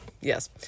yes